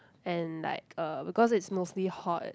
and like uh because it's mostly hot